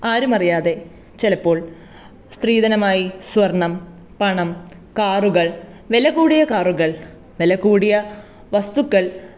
ആരുമറിയാതെ ചെലപ്പോൾ സ്ത്രീധനമായി സ്വർണ്ണം പണം കാറുകൾ വില കൂടിയ കാറുകൾ വില കൂടിയ വസ്തുക്കൾ